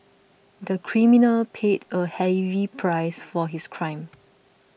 the criminal paid a heavy price for his crime